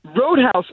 Roadhouse